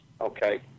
Okay